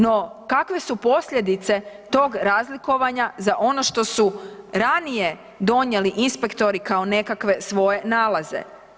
No kakve su posljedice tog razlikovanja za ono što su ranije donijeli inspektori kao nekakve svoje nalaze?